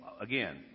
again